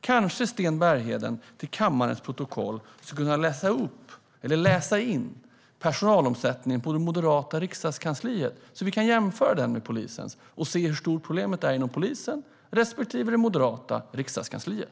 Kanske Sten Bergheden till kammarens protokoll skulle kunna läsa in personalomsättningen på det moderata riksdagskansliet så att vi kan jämföra den med polisens och se hur stort problemet är inom polisen respektive det moderata riksdagskansliet?